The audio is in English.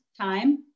time